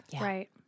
Right